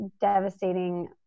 devastating